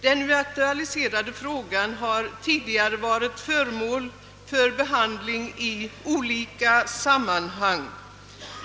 Den aktualiserade frågan har tidigare varit föremål för behandling i olika sammanhang.